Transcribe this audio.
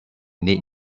need